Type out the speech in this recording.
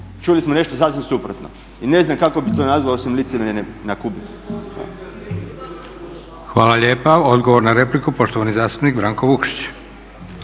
čuli smo sasvim nešto suprotno. I ne znam kako bi to nazvao osim licemjerjem na kubik.